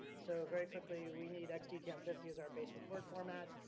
so very quickly we need xd camp fifty as our base record format.